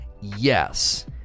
yes